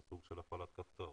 זה סוג של הפעלת כפתור.